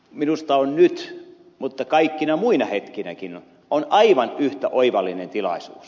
minusta on nyt mutta kaikkina muina hetkinäkin aivan yhtä oivallinen tilaisuus